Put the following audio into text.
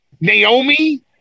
Naomi